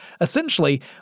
Essentially